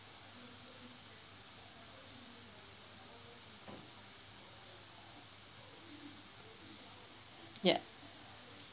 ya